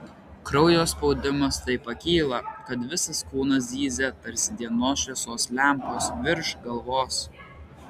kraujo spaudimas taip pakyla kad visas kūnas zyzia tarsi dienos šviesos lempos virš galvos